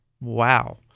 Wow